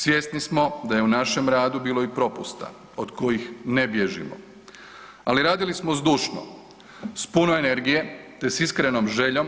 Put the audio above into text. Svjesni smo da je našem radu bilo i propusta, od kojih ne bježimo, ali radili smo zdušno, s puno energije te s iskrenom željom